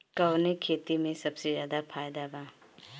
कवने खेती में सबसे ज्यादा फायदा बा?